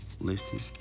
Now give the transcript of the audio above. listed